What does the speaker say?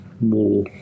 more